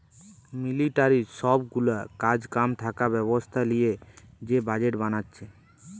মিলিটারির সব গুলা কাজ কাম থাকা ব্যবস্থা লিয়ে যে বাজেট বানাচ্ছে